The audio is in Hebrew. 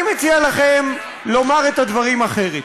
אני מציע לכם לומר את הדברים אחרת,